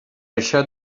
això